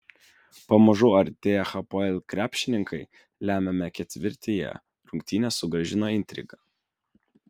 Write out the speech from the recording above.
pamažu artėję hapoel krepšininkai lemiame ketvirtyje į rungtynes sugrąžino intriga